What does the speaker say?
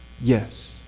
Yes